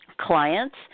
clients